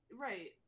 Right